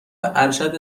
ارشد